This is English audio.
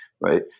right